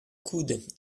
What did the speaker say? coude